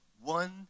one